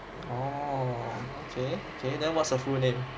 orh okay okay then what's her full name